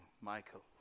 Michael